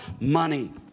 money